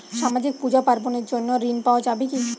সামাজিক পূজা পার্বণ এর জন্য ঋণ পাওয়া যাবে কি?